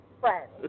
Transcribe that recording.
Friends